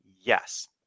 Yes